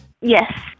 Yes